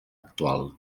actual